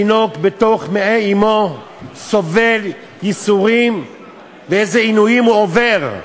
איך התינוק בתוך מעי אמו סובל ייסורים ואיזה עינויים הוא עובר.